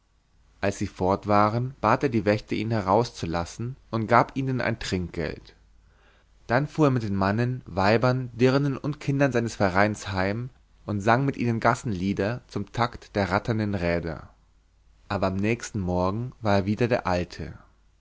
als sie fort waren bat er die wächter ihn herauszulassen und gab ihnen ein trinkgeld dann fuhr er mit den mannen weibern dirnen und kindern seines vereins heim und sang mit ihnen gassenlieder zum takt der ratternden räder aber am nächsten tag war er wieder der alte